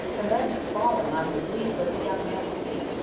and then falling on his knees at the young man's feet,